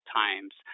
times